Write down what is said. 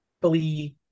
believe